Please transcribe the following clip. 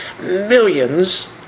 millions